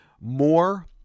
more